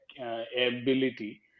ability